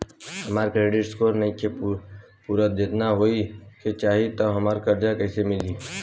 हमार credit score नईखे पूरत जेतना होए के चाही त हमरा कर्जा कैसे मिली?